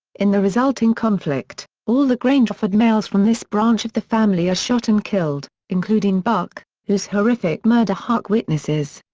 in the resulting conflict, all the grangerford males from this branch of the family are shot and killed, including buck, whose horrific murder huck witnesses.